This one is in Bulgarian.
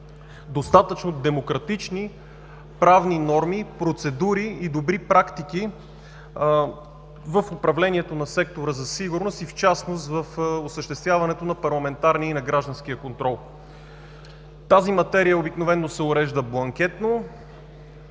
достатъчно демократични правни норми, процедури и добри практики в управлението на сектора за сигурност и в частност в осъществяването на парламентарния и гражданския контрол. Тази материя обикновено се урежда бланкетно,